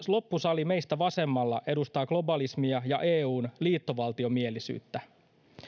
loppusali meistä vasemmalla edustaa globalismia ja eun liittovaltiomielisyyttä